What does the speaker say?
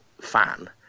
fan